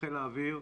חיל האוויר,